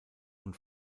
und